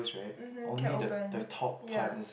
mmhmm can open ya